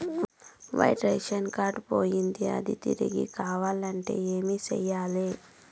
white ration card పోయింది అది తిరిగి కావాలంటే ఏం సేయాలి